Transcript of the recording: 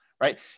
right